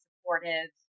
supportive